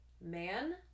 man